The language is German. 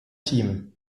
team